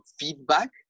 feedback